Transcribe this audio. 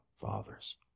fathers